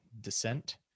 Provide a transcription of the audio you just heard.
descent